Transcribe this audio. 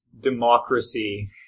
democracy